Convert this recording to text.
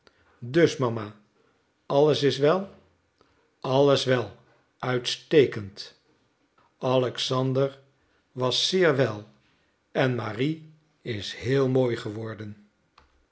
dus mama alles is wel alles wel uitstekend alexander was zeer wel en marie is heel mooi geworden